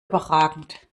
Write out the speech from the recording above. überragend